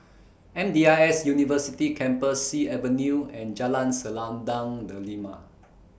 M D I S University Campus Sea Avenue and Jalan Selendang Delima